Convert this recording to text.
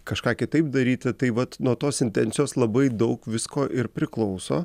kažką kitaip daryti tai vat nuo tos intencijos labai daug visko ir priklauso